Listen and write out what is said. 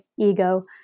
ego